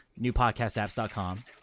newpodcastapps.com